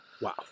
Wow